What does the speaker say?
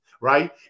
right